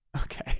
Okay